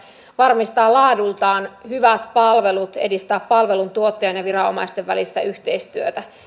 varmistaa laadultaan hyvät palvelut edistää palveluntuottajan ja viranomaisten välistä yhteistyötä